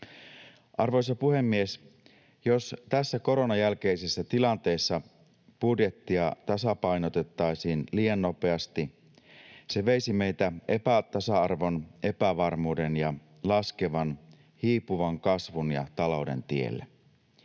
Arvoisa puhemies! Jos tässä koronan jälkeisessä tilanteessa budjettia tasapainotettaisiin liian nopeasti, se veisi meitä epätasa-arvon, epävarmuuden ja laskevan, hiipuvan kasvun ja talouden tielle.